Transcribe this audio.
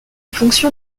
fonction